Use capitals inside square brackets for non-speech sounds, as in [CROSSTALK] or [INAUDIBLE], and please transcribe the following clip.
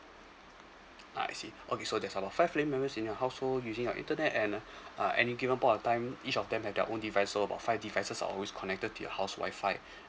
I see okay so that's about five family members in your household using your internet and uh uh any given point of time each of them have their own divide so about five devices are always connected to your house WI-FI [BREATH]